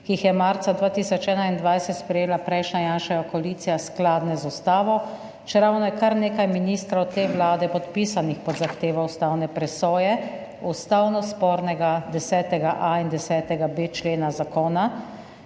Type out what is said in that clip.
ki jih je marca 2021 sprejela prejšnja Janševa koalicija, skladne z ustavo, čeravno je kar nekaj ministrov te vlade podpisanih pod zahtevo ustavne presoje ustavno spornega 10.a in 10.b člena zakona,